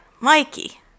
Mikey